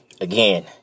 again